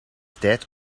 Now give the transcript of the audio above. tijd